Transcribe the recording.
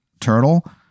turtle